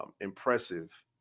impressive